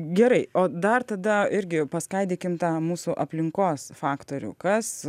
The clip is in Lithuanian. gerai o dar tada irgi paskaidykim tą mūsų aplinkos faktorių kas